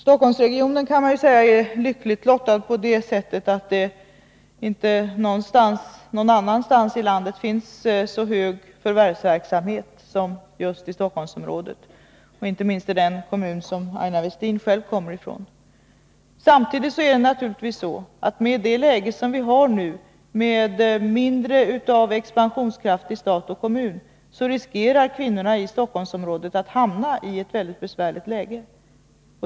Stockholmsregionen är, kan man säga, lyckligt lottad på det sättet att det inte Nr 26 någon annanstans i landet finns en så hög förvärvsintensitet som just i Måndagen den Stockholmsområdet. Inte minst gäller detta den kommun som Aina Westin 15 november 1982 själv kommer från. Samtidigt är det naturligtvis så, att med det läge vi har nu, med mindre expansionskraft i stat och kommun, riskerar kvinnorna i Om arbetsmark Stockholmsområdet att hamna i ett väldigt besvärligt läge.